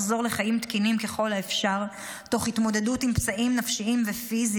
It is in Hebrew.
לחיים תקינים ככל האפשר תוך התמודדות עם פצעים נפשיים ופיזיים,